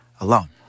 alone